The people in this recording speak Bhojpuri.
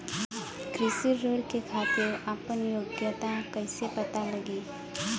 कृषि ऋण के खातिर आपन योग्यता कईसे पता लगी?